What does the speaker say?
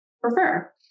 prefer